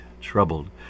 troubled